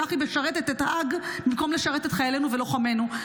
בכך היא משרתת את האג במקום לשרת את חיילינו ולוחמינו.